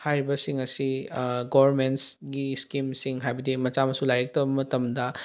ꯍꯥꯏꯔꯤꯕꯁꯤꯡ ꯑꯁꯤ ꯒꯣꯔꯃꯦꯟꯒꯤ ꯁ꯭ꯀꯤꯝꯁꯤꯡ ꯍꯥꯏꯕꯗꯤ ꯃꯆꯥ ꯃꯁꯨ ꯂꯥꯏꯔꯤꯛ ꯇꯝꯕ ꯃꯇꯝꯗ